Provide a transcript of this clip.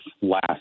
last